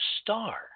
star